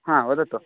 हा वदतु